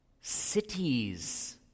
Cities